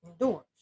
indoors